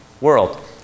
world